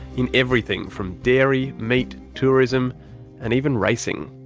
in everything from dairy, meat, tourism and even racing.